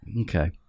Okay